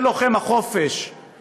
זה לוחם החופש, יותר ממך.